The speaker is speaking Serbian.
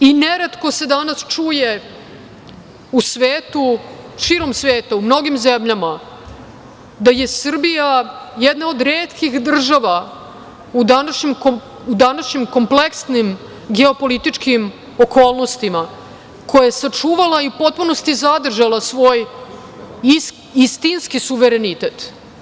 Neretko se danas čuje u svetu, širom sveta, u mnogim zemljama da je Srbija jedna od retkih država u današnjim kompleksnim geopolitičkim okolnostima, koja je sačuvala i u potpunosti zadržala svoj istinski suverenitet.